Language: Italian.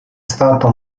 stato